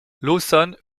lawson